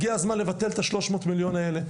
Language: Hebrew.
הגיע הזמן לבטל את ה-300 מיליון האלה.